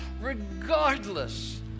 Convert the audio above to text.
Regardless